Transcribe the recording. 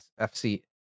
FC